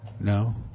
No